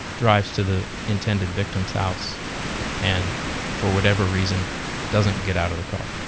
drives to the intended victim's house and for whatever reason doesn't get out of the car.